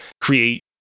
create